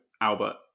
Albert